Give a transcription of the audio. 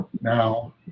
Now